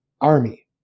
army